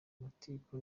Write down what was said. amatiku